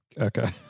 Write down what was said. Okay